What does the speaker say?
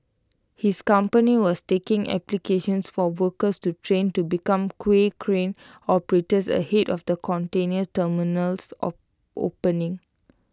his company was taking applications for workers to train to become quay crane operators ahead of the container terminal's opening